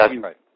right